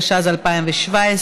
התשע"ז 2017,